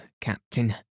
Captain